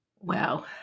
Wow